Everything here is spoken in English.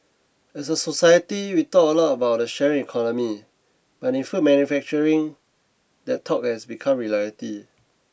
as a society we talk a lot about the sharing economy but in food manufacturing that talk has become reality